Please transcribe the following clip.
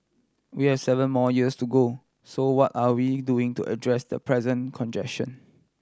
we have seven more years to go so what are we doing to address the present congestion